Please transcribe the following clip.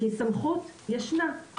כי סמכות ישנה.